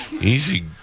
Easy